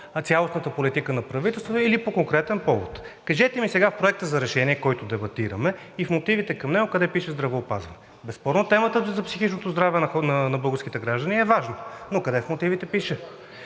по цялостната политика на правителството или по конкретен повод. Кажете ми сега в Проекта за решение, който дебатираме и в мотивите към него къде пише „Здравеопазване“. Безспорно темата за психичното здраве на българските граждани е важно, но къде в мотивите пише?